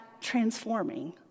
transforming